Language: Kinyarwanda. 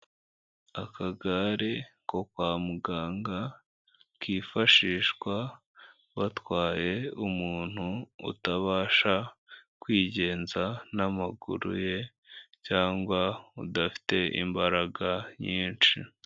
Akagare ko kwa muganga kifashishwa batwaye umuntu utabasha kwigenza n'amaguru ye cyangwa udafite imbaraga nyinshi.